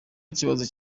ikibazo